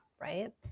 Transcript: right